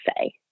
say